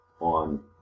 on